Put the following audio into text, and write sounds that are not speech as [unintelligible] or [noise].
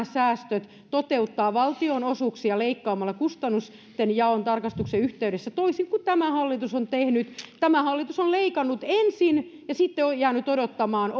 [unintelligible] säästöt toteuttaa valtionosuuksia leikkaamalla kustannustenjaon tarkastuksen yhteydessä toisin kuin tämä hallitus on tehnyt tämä hallitus on leikannut ensin ja sitten jäänyt odottamaan [unintelligible]